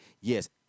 Yes